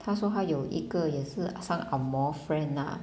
她说她有一个也是 some angmoh friend lah